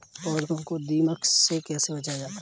पौधों को दीमक से कैसे बचाया जाय?